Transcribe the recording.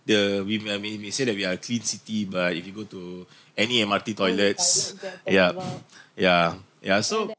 the we might may we say that we are clean city but if we go to any M_R_T toilets yup yeah yeah so